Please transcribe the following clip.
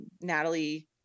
Natalie